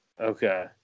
Okay